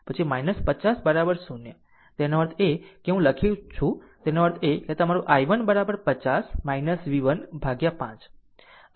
આમ 50 0 તેનો અર્થ એ કે હું અહીં લખું છું તેનો અર્થ એ કે તમારું i1 will be 50 v1 ભાગ્યા 5